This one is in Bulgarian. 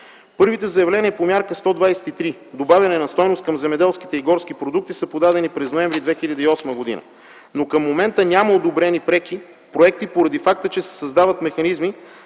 Първите заявления по Мярка 123 „Добавяне на стойност към земеделските и горските продукти” са подадени през м. ноември 2008 г., но към момента няма одобрени преки проекти поради факта, че се създават механизми